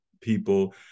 people